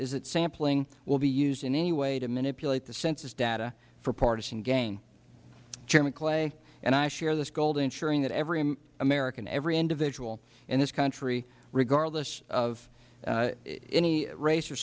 that sampling will be used in any way to manipulate the census data for partisan gain chairman clay and i share this goal to ensure that every american every individual in this country regardless of any race or